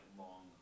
long